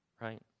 right